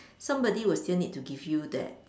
somebody will still need to give you that